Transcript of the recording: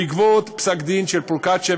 בעקבות פסק-דין של פרוקצ'יה,